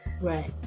Right